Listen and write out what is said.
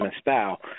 style